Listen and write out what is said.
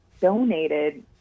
donated